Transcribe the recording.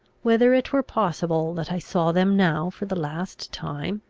whether it were possible that i saw them now for the last time?